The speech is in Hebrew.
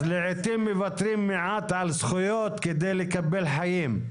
לעתים מוותרים מעט על זכויות כדי לקבל חיים.